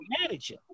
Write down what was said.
manager